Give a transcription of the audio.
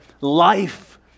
life